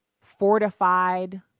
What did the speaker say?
fortified